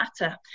matter